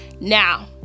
Now